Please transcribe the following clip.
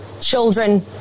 children